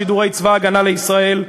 שידורי צבא הגנה לישראל,